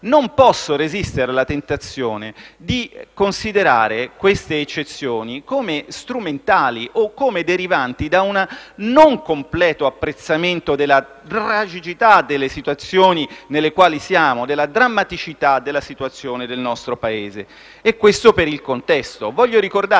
non posso resistere alla tentazione di considerare queste eccezioni come strumentali o come derivanti da un non completo apprezzamento della tragicità della situazione nella quale siamo, della drammaticità della situazione del nostro Paese. Questo per il contesto.